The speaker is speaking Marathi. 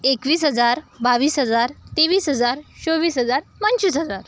एकवीस हजार बावीस हजार तेवीस हजार चोवीस हजार पंचवीस हजार